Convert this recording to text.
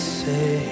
say